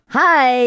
hi